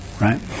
right